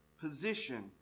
position